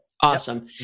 Awesome